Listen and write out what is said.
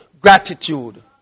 gratitude